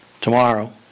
tomorrow